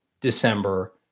December